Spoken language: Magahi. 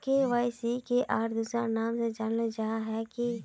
के.वाई.सी के आर दोसरा नाम से जानले जाहा है की?